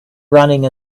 running